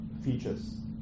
features